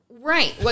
right